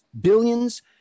Billions